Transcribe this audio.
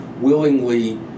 willingly